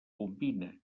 combina